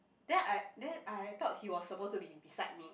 then I then I I thought he was supposed to be beside me